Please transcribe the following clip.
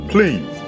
Please